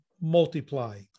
multiply